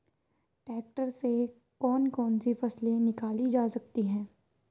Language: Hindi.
ट्रैक्टर से कौन कौनसी फसल निकाली जा सकती हैं?